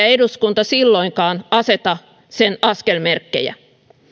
eduskunta silloinkaan aseta sen askelmerkkejä